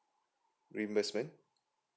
reimbursement